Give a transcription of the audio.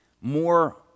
More